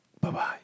Bye-bye